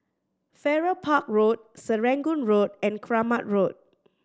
Farrer Park Road Serangoon Road and Keramat Road